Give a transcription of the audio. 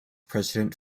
president